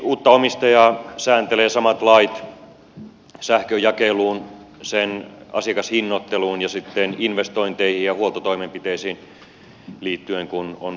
uutta omistajaa sääntelevät samat lait sähkön jakeluun sen asiakashinnoitteluun ja sitten investointeihin ja huoltotoimenpiteisiin liittyen kuin fortumiakin